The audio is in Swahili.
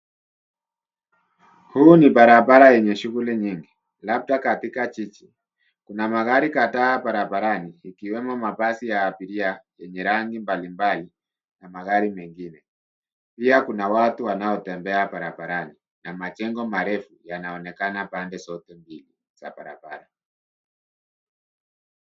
Hii ni barabara yenye shughuli nyingi, labda katika jiji. Kuna magari kadhaa barabarani, ikiwemo mabasi ya abiria yenye rangi mbali mbali na magari mengine. Pia kuna watu wanaotembea barabarani, na majengo marefu yanaonekana pande zote mbili za barabara.